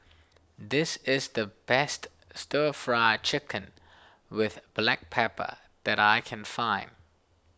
this is the best Stir Fry Chicken with Black Pepper that I can find